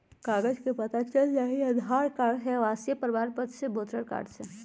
कागज से पता चल जाहई, आधार कार्ड से, आवासीय प्रमाण पत्र से, वोटर कार्ड से?